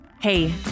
Hey